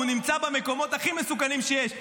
הוא נמצא במקומות הכי מסוכנים שיש,